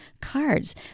cards